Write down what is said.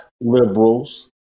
liberals